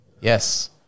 Yes